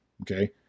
Okay